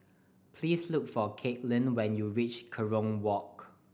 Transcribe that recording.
please look for Caitlin when you reach Kerong Walk